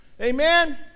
Amen